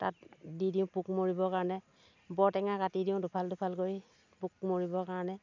তাত দি দিওঁ পোক মৰিবৰ কাৰণে বৰ টেঙা কাটি দিওঁ দুফাল দুফাল কৰি পোক মৰিবৰ কাৰণে